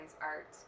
art